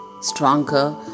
stronger